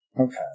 Okay